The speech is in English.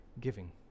giving